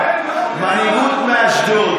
מנהיגות מאשדוד.